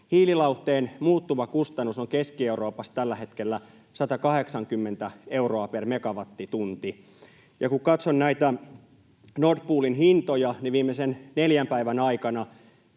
Hiililauhteen muuttuva kustannus on Keski-Euroopassa tällä hetkellä 180 euroa per megawattitunti, ja kun katson näitä Nord Poolin hintoja, niin viimeisten neljän päivän aikana